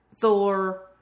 Thor